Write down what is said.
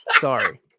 Sorry